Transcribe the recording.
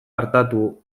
artatu